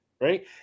Right